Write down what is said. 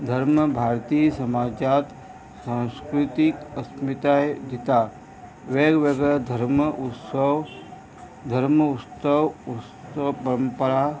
धर्म भारतीय समाजांत सांस्कृतीक अस्मिताय दिता वेगवेगळे धर्म उत्सव धर्म उत्सव उत्सव परंपरा